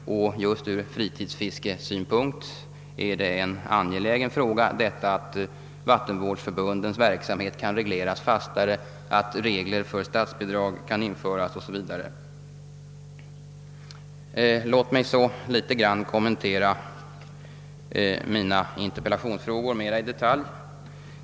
Just ur fritidsfiskesynpunkt är det mycket angeläget att vattenvårdsverksamheten kan regleras fastare, att regler för statsbidrag kan införas 0. s. v. Sedan vill jag också något kommentera mina interpellationsfrågor litet mera i detalj.